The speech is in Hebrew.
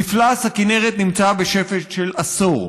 מפלס הכינרת נמצא בשפל של עשור.